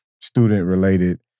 student-related